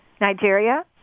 Nigeria